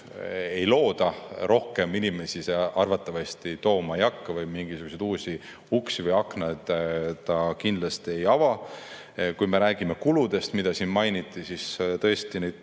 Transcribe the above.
ei looda, rohkem inimesi see arvatavasti siia tooma ei hakka, mingisuguseid uusi uksi või aknaid ta kindlasti ei ava. Kui me räägime kuludest, mida siin mainiti, siis tõesti, neid